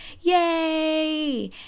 Yay